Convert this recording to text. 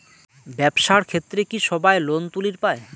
ব্যবসার ক্ষেত্রে কি সবায় লোন তুলির পায়?